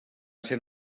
ser